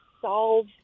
solve